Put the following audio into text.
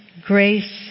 grace